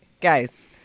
Guys